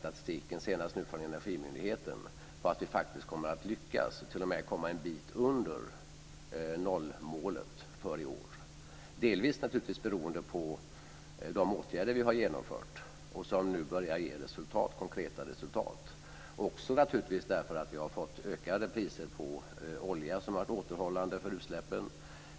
Statistiken, senast från Energimyndigheten, tyder på att vi kommer att lyckas och t.o.m. komma en bit under nollmålet för i år. Det beror delvis på de åtgärder som vi har vidtagit och som nu börjar ge konkreta resultat. Det beror också på att vi har fått ökade priser på olja, som har varit återhämtande för utsläppen.